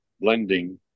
blending